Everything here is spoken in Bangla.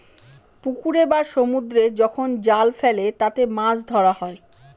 পুকুরে বা সমুদ্রে যখন জাল ফেলে তাতে মাছ ধরা হয়